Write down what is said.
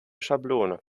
schablone